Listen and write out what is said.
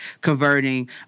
converting